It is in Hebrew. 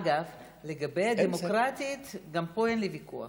אגב, לגבי הדמוקרטית, גם פה אין לי ויכוח.